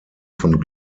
von